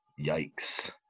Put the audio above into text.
yikes